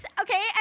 okay